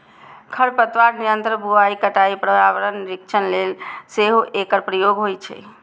खरपतवार नियंत्रण, बुआइ, कटाइ, पर्यावरण निरीक्षण लेल सेहो एकर प्रयोग होइ छै